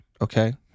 okay